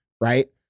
right